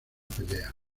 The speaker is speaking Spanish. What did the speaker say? pelea